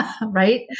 right